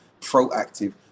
proactive